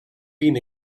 been